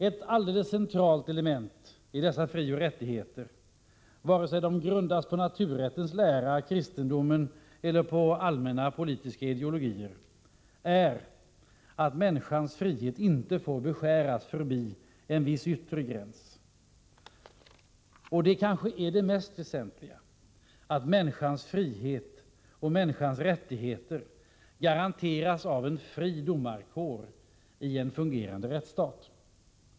Ett centralt element i dessa frioch rättigheter, vare sig de grundas på naturrättens lära, kristendomen eller allmänna politiska ideologier, är att människans frihet inte får beskäras förbi en viss yttre gräns och att — och det är kanske det mest väsentliga — människans frioch rättigheter garanteras av en fri domarkår i en fungerande rättsstat.